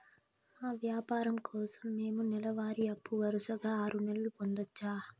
మా వ్యాపారం కోసం మేము నెల వారి అప్పు వరుసగా ఆరు నెలలు పొందొచ్చా?